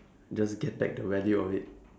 just get back the value of it